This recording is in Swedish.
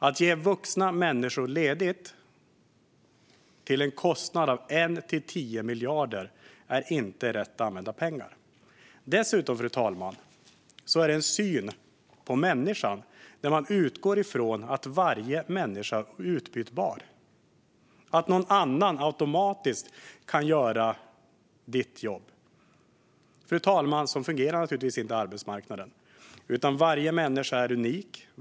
Att ge vuxna människor ledigt till en kostnad av 1-10 miljarder är inte rätt använda pengar. Dessutom, fru talman, är det en syn på människan där man utgår från att varje människa är utbytbar och att någon annan automatiskt kan göra ditt jobb. Fru talman! Så fungerar naturligtvis inte arbetsmarknaden, utan varje människa är unik.